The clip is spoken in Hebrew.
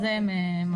על זה הם ממליצים.